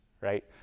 Right